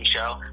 show